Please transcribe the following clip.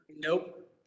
Nope